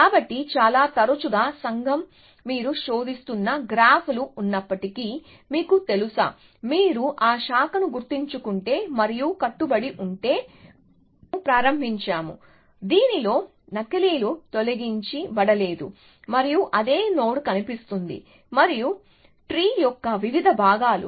కాబట్టి చాలా తరచుగా సంఘం మీరు శోధిస్తున్న గ్రాఫ్లు ఉన్నప్పటికీ మీకు తెలుసా మీరు ఆ శాఖను గుర్తుంచుకుంటే మరియు కట్టుబడి ఉంటే మేము ప్రారంభించాము దీనిలో నకిలీలు తొలగించ బడలేదు మరియు అదే నోడ్ కనిపిస్తుంది మరియు చెట్టు యొక్క వివిధ భాగాలు